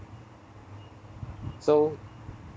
so